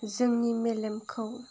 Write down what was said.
जोंनि मेलेमखौ